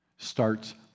Starts